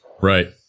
right